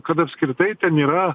kad apskritai ten yra